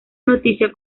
noticia